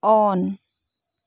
on